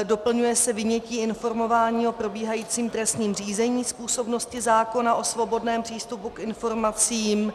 Doplňuje se vynětí informování o probíhajícím trestním řízení z působnosti zákona o svobodném přístupu k informacím.